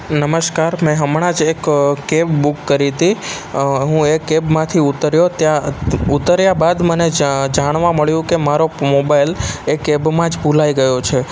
નમસ્કાર મેં હમણાં જ એક કેબ બુક કરી તી હું એ કેબમાંથી ઉતર્યો ત્યાં ઉતર્યા બાદ મને જાણવા મળ્યું કે મારો મોબાઈલ એ કેબમાં જ ભુલાઈ ગયો છે